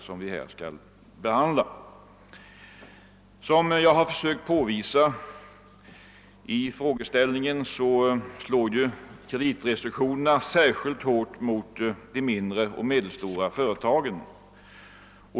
Som jag har försökt påvisa i min fråga slår kreditrestriktionerna särskilt hårt mot de mindre och medelstora företagen.